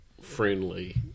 friendly